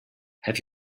have